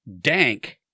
dank